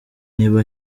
niba